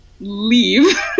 leave